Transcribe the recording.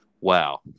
Wow